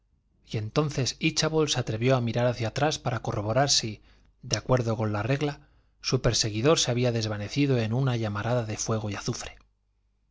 y entonces íchabod se atrevió a mirar hacia atrás para corroborar si de acuerdo con la regla su perseguidor se había desvanecido en una llamarada de fuego y azufre